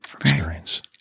experience